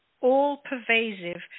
all-pervasive